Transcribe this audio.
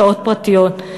שעות פרטיות.